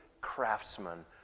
craftsman